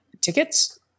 tickets